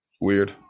Weird